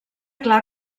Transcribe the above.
clar